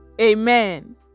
amen